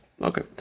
Okay